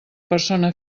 persona